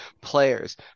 players